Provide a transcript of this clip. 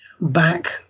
back